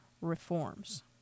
reforms